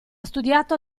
studiato